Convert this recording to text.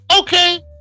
Okay